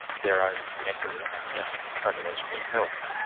their own mental and psychological health.